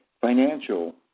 financial